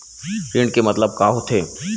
ऋण के मतलब का होथे?